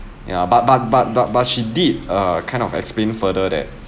ya but but but but but she did err kind of explained further that